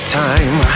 time